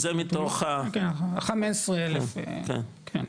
זה מתוך ה- כן ה-15 אלף, כן.